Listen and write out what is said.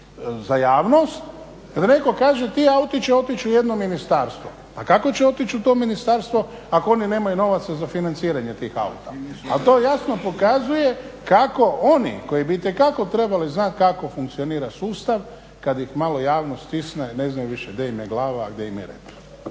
za javnost da netko kaže ti auti će otići u jedno ministarstvo. Pa kako će otići u to ministarstvo ako oni nemaju novaca za financiranje tih auta a to jasno pokazuje kako oni koji bi itekako trebali znati kako funkcionira sustav kad ih malo javnost stisne ne znaju više gdje im je glava, a gdje im je rep.